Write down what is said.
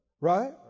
right